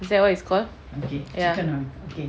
is that what is called ya